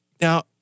Now